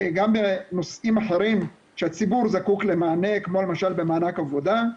גם בנושאים אחרים שהציבור זקוק למענה כמו למשל במענק עבודה,